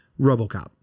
RoboCop